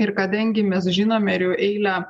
ir kadangi mes žinome ir jau eilę